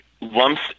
lumps